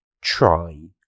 try